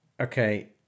okay